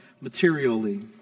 materially